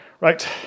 Right